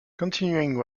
continuing